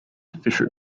fisher